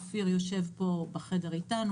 אופיר יושב פה בחדר איתנו,